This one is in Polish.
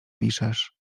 piszesz